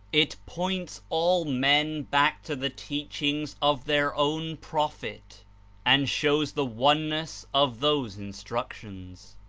it points all men back to the teachings of their own prophet and shows the oneness of those instructions.